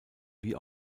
wie